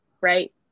right